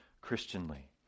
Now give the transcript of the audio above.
Christianly